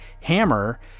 hammer